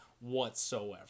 whatsoever